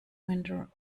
winter